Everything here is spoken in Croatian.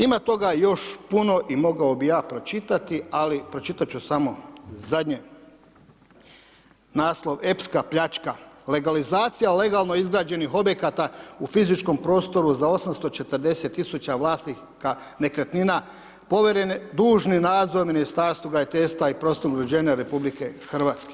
Ima toga još puno i mogao bih ja pročitati, ali pročitati ću samo zadnje, naslov Epska pljačka, legalizacija legalno izgrađenih objekata u fizičkom prostora za 840 000 vlasnika nekretnina povjeren je dužni nadzor Ministarstvu graditeljstva i prostornog uređenja RH.